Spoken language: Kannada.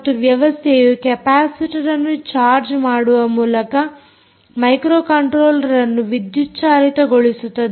ಮತ್ತು ವ್ಯವಸ್ಥೆಯು ಕೆಪಾಸಿಟರ್ ಅನ್ನು ಚಾರ್ಜ್ ಮಾಡುವ ಮೂಲಕ ಮೈಕ್ರೋಕಂಟ್ರೋಲ್ಲರ್ಅನ್ನು ವಿದ್ಯುತ್ ಚಾಲಿತ ಗೊಳಿಸುತ್ತದೆ